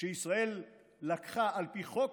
שישראל לקחה על פי חוק,